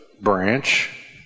branch